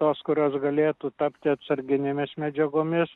tos kurios galėtų tapti atsarginėmis medžiagomis